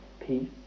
peace